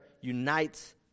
unites